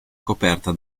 coperta